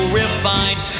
refined